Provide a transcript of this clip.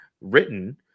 written